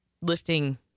lifting